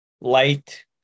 light